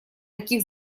таких